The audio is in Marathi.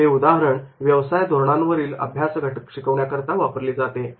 हे उदाहरण व्यवसाय धोरणांवरील अभ्यास घटक शिकवण्या करता वापरले जाते